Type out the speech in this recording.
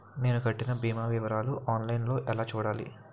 నేను కట్టిన భీమా వివరాలు ఆన్ లైన్ లో ఎలా చూడాలి?